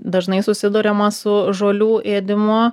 dažnai susiduriama su žolių ėdimu